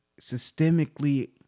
systemically